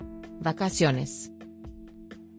Vacaciones